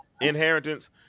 inheritance